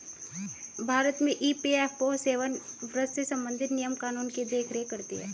भारत में ई.पी.एफ.ओ सेवानिवृत्त से संबंधित नियम कानून की देख रेख करती हैं